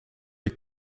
est